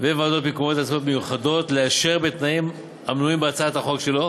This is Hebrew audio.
וועדות מקומיות עצמאיות מיוחדות לאשר בתנאים המנויים בהצעת החוק שלו